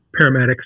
paramedics